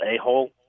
a-hole